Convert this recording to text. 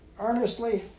earnestly